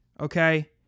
okay